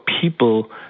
people